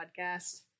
podcast